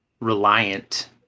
reliant